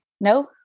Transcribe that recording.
no